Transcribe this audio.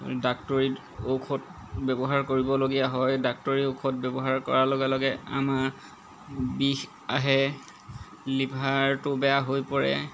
ডাক্তৰী ঔষধ ব্যৱহাৰ কৰিবলগীয়া হয় ডাক্টৰী ঔষধ ব্যৱহাৰ কৰাৰ লগে লগে আমাৰ বিষ আহে লিভাৰটো বেয়া হৈ পৰে